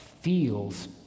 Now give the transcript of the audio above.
feels